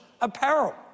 apparel